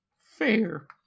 fair